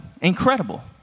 incredible